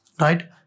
right